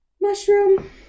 mushroom